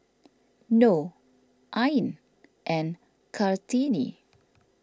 Noh Ain and Kartini